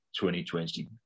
2020